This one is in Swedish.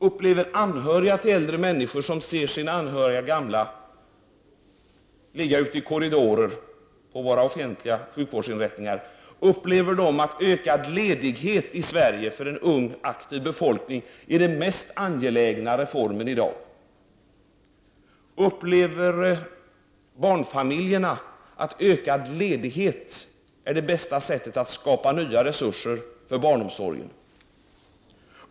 Upplever anhöriga som ser sina gamla ligga ute i korridorerna på våra offentliga sjukvårdsinrättningar att ökad ledighet för en ung aktiv befolkning i Sverige är den mest angelägna reformen i dag? Upplever barnfamiljerna att ökad ledighet är det bästa sättet att skapa nya resurser för barnomsorgen?